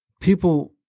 people